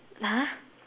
!huh!